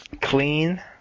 clean